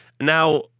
Now